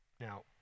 Now